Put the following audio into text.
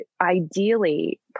ideally